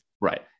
right